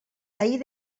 ahir